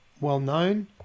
well-known